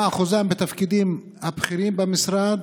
2. מהו אחוזם בתפקידים הבכירים במשרד?